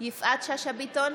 יפעת שאשא ביטון,